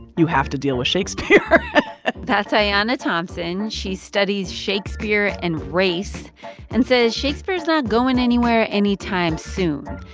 you have to deal with shakespeare that's ayanna thompson. she studies shakespeare and race and says shakespeare's not going anywhere anytime soon.